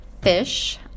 fish